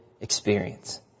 experience